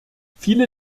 viele